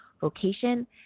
vocation